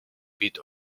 bit